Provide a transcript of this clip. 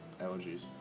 allergies